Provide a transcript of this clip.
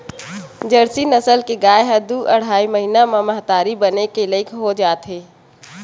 Jersey नसल के गाय ह दू अड़हई महिना म महतारी बने के लइक हो जाथे